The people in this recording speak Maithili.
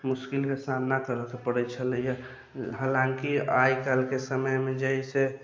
मुश्किलके सामना करैके पड़ै छलैए हलाँकि आइ काल्हिके समयमे जे है से